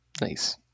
Nice